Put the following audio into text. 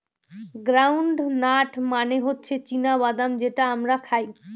ground nut মানে হচ্ছে চীনা বাদাম যেটা আমরা খাই